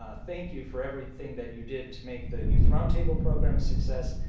ah thank you for everything that you did to make the youth roundtable program a success.